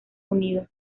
unidos